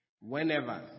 whenever